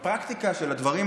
בפרקטיקה של הדברים,